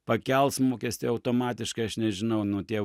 pakels mokestį automatiškai aš nežinau nu tie